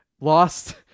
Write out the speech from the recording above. lost